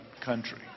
country